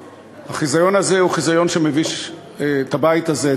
החיזיון הזה הוא חיזיון שמבייש את הבית הזה,